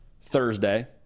Thursday